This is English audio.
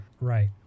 right